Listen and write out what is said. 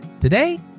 Today